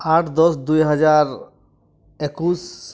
ᱟᱴ ᱫᱚᱥ ᱫᱩᱭᱦᱟᱡᱟᱨ ᱮᱠᱩᱥ